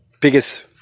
biggest